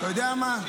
אתה יודע מה?